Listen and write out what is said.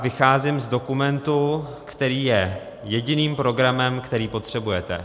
Vycházím z dokumentu , který je jediným programem, který potřebujete.